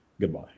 Goodbye